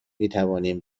میتوانیم